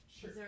Sure